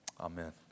Amen